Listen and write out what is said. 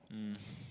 um